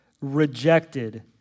rejected